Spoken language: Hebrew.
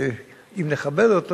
אם נכבד אותו,